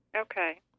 Okay